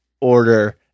order